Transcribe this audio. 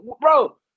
bro